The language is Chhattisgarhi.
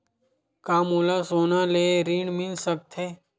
का मोला सोना ले ऋण मिल सकथे?